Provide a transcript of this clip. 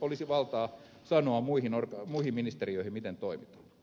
olisi valtaa sanoa muihin ministeriöihin miten toimitaan